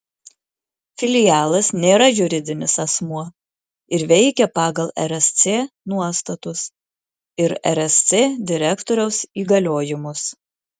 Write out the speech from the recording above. filialas nėra juridinis asmuo ir veikia pagal rsc nuostatus ir rsc direktoriaus įgaliojimus